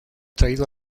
traído